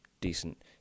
decent